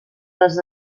les